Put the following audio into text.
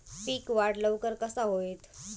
पीक वाढ लवकर कसा होईत?